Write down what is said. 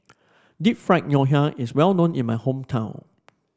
Deep Fried Ngoh Hiang is well known in my hometown